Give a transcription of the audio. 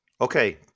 Okay